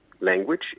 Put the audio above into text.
language